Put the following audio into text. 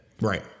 Right